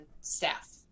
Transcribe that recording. staff